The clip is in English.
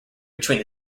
between